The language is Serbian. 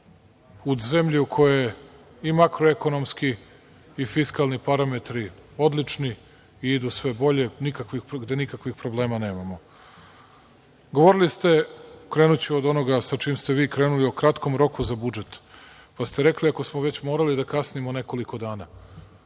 u zemlji u kojoj su i makroekonomski i fiskalni parametri odlični i idu sve bolje, gde nikakvih problema nemamo. Govorili ste, krenuću od onoga sa čim ste vi krenuli, o kratkom roku za budžet, pa ste rekli ako smo već morali da kasnimo nekoliko dana,